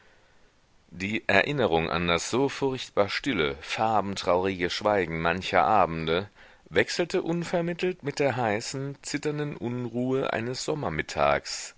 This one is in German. die erinnerung an das so furchtbar stille farbentraurige schweigen mancher abende wechselte unvermittelt mit der heißen zitternden unruhe eines sommermittags